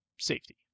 Safety